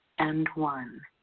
and one.